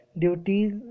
duties